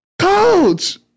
coach